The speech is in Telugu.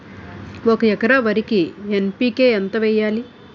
ఒక ఎకర వరికి ఎన్.పి.కే ఎంత వేయాలి?